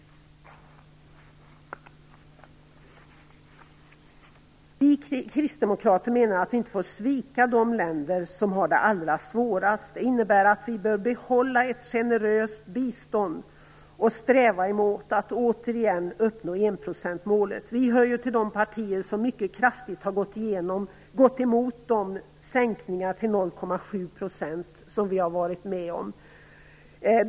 Vi kristdemokrater menar att vi inte får svika de länder som har det allra svårast. Det innebär att vi bör behålla ett generöst bistånd och sträva mot att återigen uppnå enprocentsmålet. Kristdemokraterna är ju ett av de partier som mycket kraftigt gått emot de sänkningar till 0,7 % som vi varit med om.